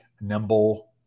nimble